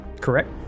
Correct